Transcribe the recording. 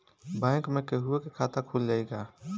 Bank में केहूओ के खाता खुल जाई का?